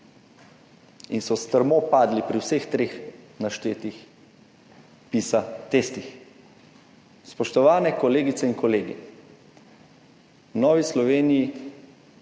Strmo so padli pri vseh treh naštetih PISA testih. Spoštovane kolegice in kolegi! v Novi Sloveniji